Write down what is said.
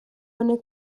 honek